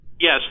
Yes